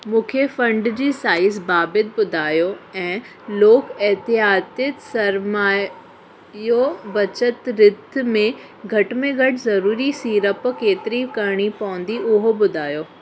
मूंखे फंड जी साइज़ बाबति ॿुधायो ऐं लोकु एहतियाती सरमाइयो बचति रिथ में घटि में घटि ज़रूरी सीरप केतिरी करणी पवंदी उहो ॿुधायो